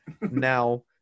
Now